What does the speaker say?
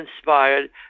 inspired